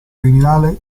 criminale